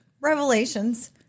revelations